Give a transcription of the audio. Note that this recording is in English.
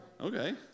Okay